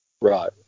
Right